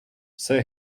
все